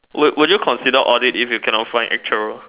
would would you consider audit if you cannot find actual